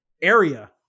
area